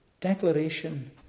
declaration